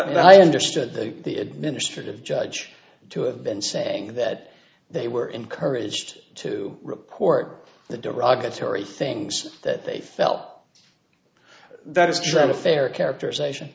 that i understood the the administrative judge to have been saying that they were encouraged to report the derogatory things that they felt that is just a fair characterization